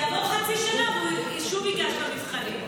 תעבור חצי שנה והוא שוב ייגש למבחנים.